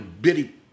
bitty